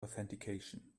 authentication